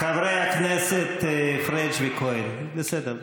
חברי הכנסת פריג' וכהן, בסדר.